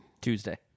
Tuesday